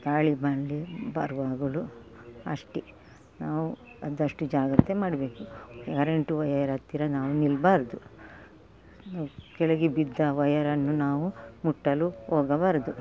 ಗಾಳಿಬಂಡಿ ಬರುವಾಗಲು ಅಷ್ಟೆ ನಾವು ಅದಷ್ಟು ಜಾಗ್ರತೆ ಮಾಡಬೇಕು ಕರೆಂಟು ವಯರ್ ಹತ್ತಿರ ನಾವು ನಿಲ್ಬಾರ್ದು ಮ ಕೆಳಗೆ ಬಿದ್ದ ವಯರನ್ನು ನಾವು ಮುಟ್ಟಲು ಹೋಗಬಾರದು